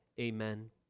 Amen